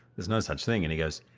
there's no such thing. and he goes,